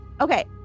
Okay